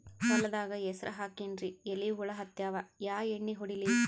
ಹೊಲದಾಗ ಹೆಸರ ಹಾಕಿನ್ರಿ, ಎಲಿ ಹುಳ ಹತ್ಯಾವ, ಯಾ ಎಣ್ಣೀ ಹೊಡಿಲಿ?